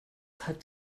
hat